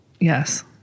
Yes